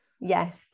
yes